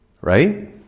Right